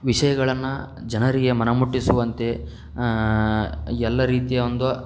ವಿಷಯಗಳನ್ನು ಜನರಿಗೆ ಮನಮುಟ್ಟಿಸುವಂತೆ ಎಲ್ಲ ರೀತಿಯ ಒಂದು